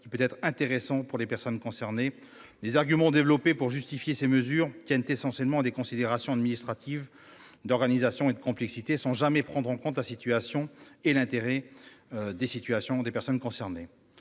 qui peut être intéressante pour les personnes concernées. Les arguments développés pour justifier cette mesure tiennent essentiellement à des considérations administratives, d'organisation et de complexité, sans jamais prendre en compte la situation des personnes et